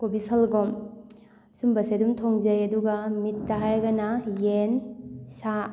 ꯒꯣꯕꯤꯁꯜꯒꯣꯝ ꯁꯨꯝꯕꯁꯦ ꯑꯗꯨꯝ ꯊꯣꯡꯖꯩ ꯑꯗꯨꯒ ꯃꯤꯠꯇ ꯍꯥꯏꯔꯒꯅ ꯌꯦꯟ ꯁꯥ